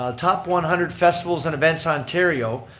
um top one hundred festivals and events ontario.